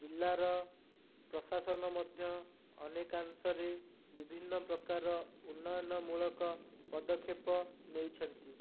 ଜିଲ୍ଲାର ପ୍ରଶାସନ ମଧ୍ୟ ଅନେକାଂଶରେ ବିଭିନ୍ନ ପ୍ରକାରର ଉନ୍ନୟନ ମୂଳକ ପଦକ୍ଷେପ ନେଇଛନ୍ତି